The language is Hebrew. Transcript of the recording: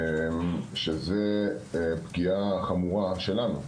זו פגיעה חמורה שלנו,